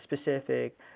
specific